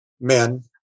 men